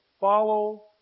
follow